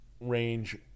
range